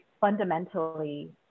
fundamentally